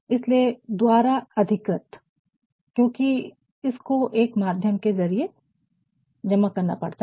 इसलिए " द्वारा अधिकृत" क्योंकि इसको एक माध्यम के जरिए जमा करना पड़ता है